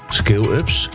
scale-ups